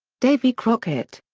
davy crockett.